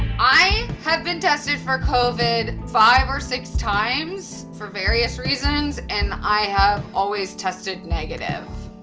i have been tested for covid five or six times for various reasons and i have always tested negative.